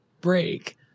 break